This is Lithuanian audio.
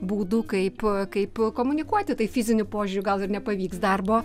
būdų kaip kaip komunikuoti tai fiziniu požiūriu gal ir nepavyks darbo